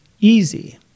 easy